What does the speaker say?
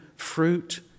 Fruit